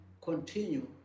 continue